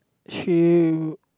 shoe